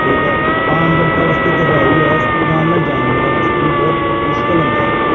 ਠੀਕ ਆ ਆਮ ਜਨਤਾ ਵਾਸਤੇ ਤਾਂ ਹੈ ਹੀ ਹੈ ਨਾਲ ਨਾਲ ਜਾਨਵਰਾਂ ਵਾਸਤੇ ਵੀ ਬਹੁਤ ਮੁਸ਼ਕਲ ਹੁੰਦਾ ਆ